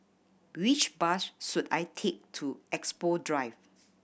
which bus should I take to Expo Drive